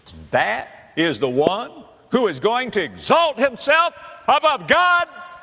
that is the one who is going to exalt himself above god?